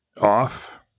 off